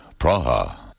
Praha